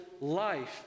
life